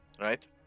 Right